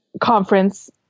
conference